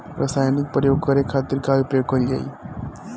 रसायनिक प्रयोग करे खातिर का उपयोग कईल जाइ?